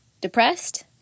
depressed